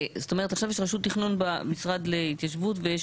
עכשיו יש רשות תכנון במשרד להתיישבות ויש